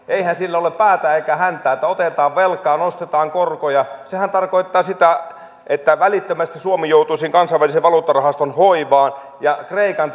eihän siinä ole päätä eikä häntää että otetaan velkaa nostetaan korkoja sehän tarkoittaa sitä että välittömästi suomi joutuisi kansainvälisen valuuttarahaston hoivaan ja kreikan